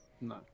No